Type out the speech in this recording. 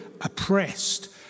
oppressed